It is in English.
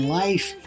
life